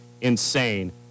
insane